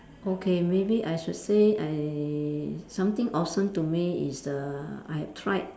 okay maybe I should say I something awesome to me is uh I have tried